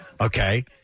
Okay